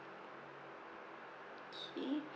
okay